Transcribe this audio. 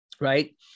right